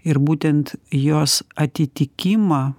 ir būtent jos atitikimą